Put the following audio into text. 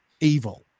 evil